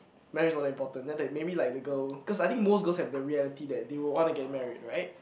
marriage is not that important then like maybe like the girl cause I think most girls have the reality that they will want to get married right